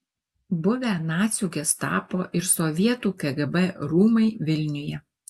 buvę nacių gestapo ir sovietų kgb rūmai vilniuje